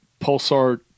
pulsar